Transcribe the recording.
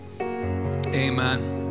Amen